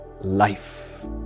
life